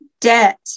debt